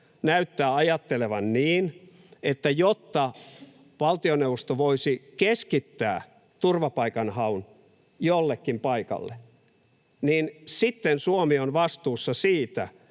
näyttää ajattelevan — niin, että jotta valtioneuvosto voisi keskittää turvapaikanhaun jollekin paikalle, niin sitten Suomi olisi vastuussa siitä,